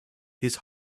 his